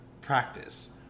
practice